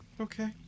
Okay